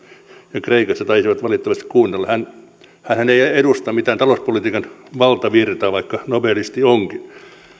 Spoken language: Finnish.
ja kreikassa taisivat valitettavasti kuunnella hänhän ei edusta mitään talouspolitiikan valtavirtaa vaikka nobelisti onkin